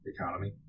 Economy